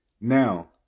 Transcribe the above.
Now